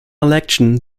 election